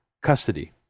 custody